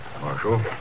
Marshal